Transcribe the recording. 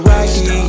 Rocky